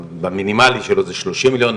במינימלי שלו זה שלושים מיליון,